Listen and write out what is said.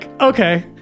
okay